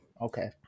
Okay